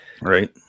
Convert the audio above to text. right